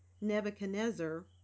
Nebuchadnezzar